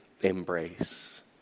embrace